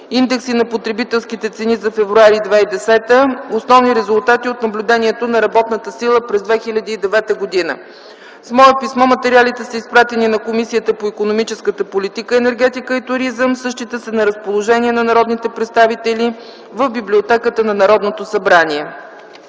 индекси на потребителските цени за февруари 2010 г.; основни резултати от наблюдението на работната сила през 2009 г. С мое писмо материалите са изпратени на Комисията по икономическа политика, енергетика и туризъм. Същите са на разположение на народните представители в библиотеката на Народното събрание.